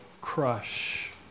crush